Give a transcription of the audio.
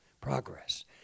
progress